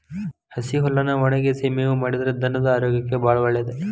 ಹಸಿ ಹುಲ್ಲನ್ನಾ ಒಣಗಿಸಿ ಮೇವು ಮಾಡಿದ್ರ ಧನದ ಆರೋಗ್ಯಕ್ಕೆ ಬಾಳ ಒಳ್ಳೇದ